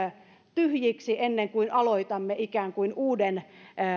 tyhjiksi ennen kuin aloitamme ikään kuin uusien